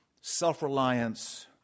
self-reliance